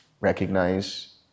recognize